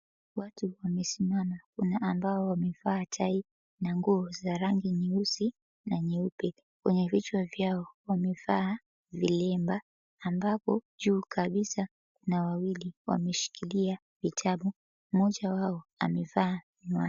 Watu wamesimama, kuna ambao wamevaa tai na nguo za rangi nyeusi na nyeupe. Kwenye vichwa vyao wamevaa vilemba ambavyo juu kabisa na wawili wameshikilia vitabu mmoja wao amevaa miwani.